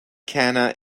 cana